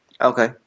Okay